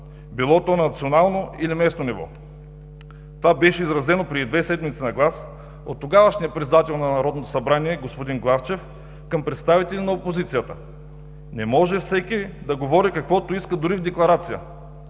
било то на национално или местно ниво. Това беше изразено на глас преди седмици от тогавашния председател на Народното събрание господин Главчев към представители на опозицията. Не може всеки да говори каквото иска, дори и в декларация.